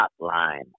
Hotline